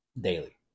daily